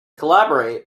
collaborate